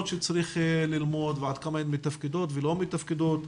שצריך ללמוד ועד כמה הן מתפקדות ולא מתפקדות,